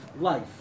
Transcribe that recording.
life